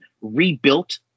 Rebuilt